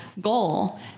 goal